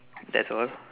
that's all